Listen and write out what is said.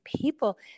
people